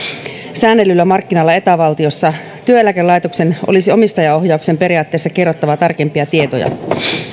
säännellyllä markkinalla eta valtiossa työeläkelaitoksen olisi omistajaohjauksen periaatteissa kerrottava tarkempia tietoja